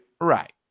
Right